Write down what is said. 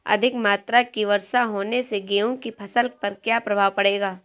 अधिक मात्रा की वर्षा होने से गेहूँ की फसल पर क्या प्रभाव पड़ेगा?